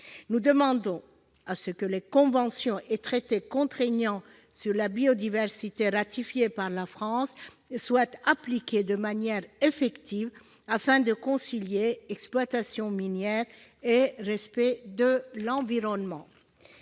Nous demandons donc que les conventions et traités contraignants en matière de biodiversité ratifiés par la France soient appliqués de manière effective, afin de concilier exploitation minière et respect de l'environnement.